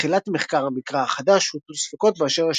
עם תחילת מחקר המקרא החדש הוטלו ספקות באשר